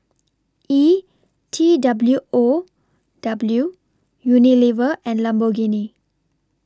E T W O W Unilever and Lamborghini